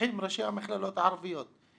לוקחים ראשי המכללות הערביות.